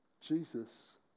Jesus